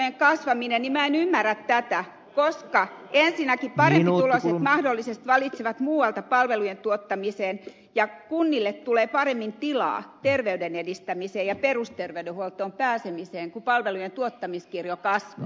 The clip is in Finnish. minä en ymmärrä tätä koska ensinnäkin parempituloiset mahdollisesti valitsevat muualta palvelujen tuottamisen ja kunnille tulee paremmin tilaa terveyden edistämiseen ja perusterveydenhuoltoon pääsemiseen kun palvelujen tuottamiskirjo kasvaa